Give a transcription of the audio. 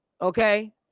Okay